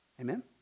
Amen